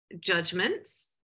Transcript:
judgments